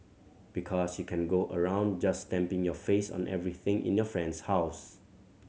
because you can go around just stamping your face on everything in your friend's house